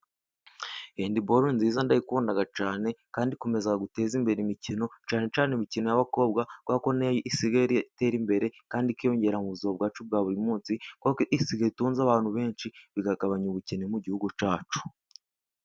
Hendi bolo ni nziza ndayikunda cyane, kandi ikomeza guteza imbere imikino, cyane cyane imikino y'abakobwa, kuko nayo isigaye itera imbere kandi ikiyongera mu buzima bwacu bwa buri munsi, kuko isigaye itunze abantu benshi, bikagabanya ubukene mu gihugu cyacu.